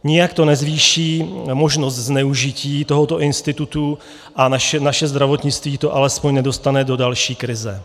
Nijak to nezvýší možnost zneužití tohoto institutu a naše zdravotnictví to alespoň nedostane do další krize.